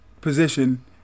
position